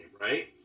right